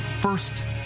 First